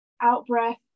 out-breath